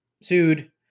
sued